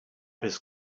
his